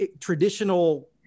traditional